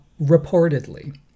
reportedly